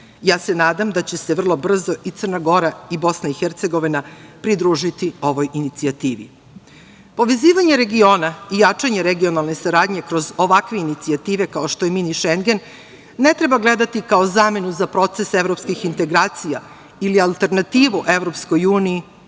se nadam da će se vrlo brzo i Crna Gora i BiH pridružiti ovoj inicijativi. Povezivanje regiona i jačanje regionalne saradnje kroz ovakve inicijative kao što je mini Šengen ne treba gledati kao zamenu za proces evropskih integracija ili alternativu EU, jer